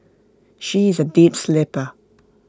she is A deep sleeper